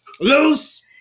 loose